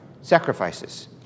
sacrifices